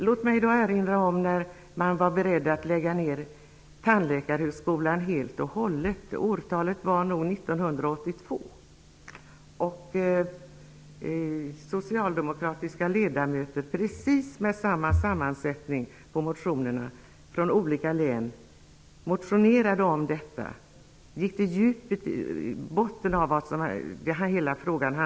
Låt mig då erinra om att man var beredd att lägga ner tandläkarhögskolan helt och hållet -- årtalet var nog 1982. Socialdemokratiska ledamöter, med precis samma sammansättning från olika län bland undertecknarna på motionerna som nu, motionerade om detta, gick till botten av hela frågan.